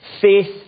Faith